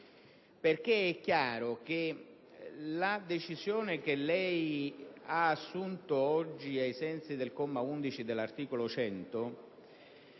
perché è chiaro che la decisione che lei ha assunto oggi, ai sensi del comma 11 dell'articolo 100